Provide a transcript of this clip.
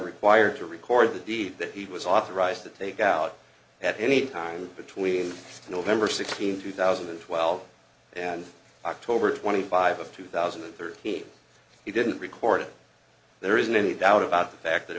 required to record the deed that he was authorized to take out at any time between nov sixteenth two thousand and twelve and october twenty five of two thousand and thirteen he didn't record it there is no any doubt about the fact that